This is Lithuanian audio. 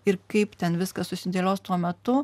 ir kaip ten viskas susidėlios tuo metu